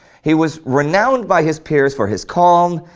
he was renowned by his peers for his calm,